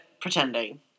pretending